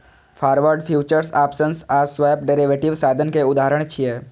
forward, futures, options आ swap derivative साधन के उदाहरण छियै